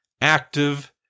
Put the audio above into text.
active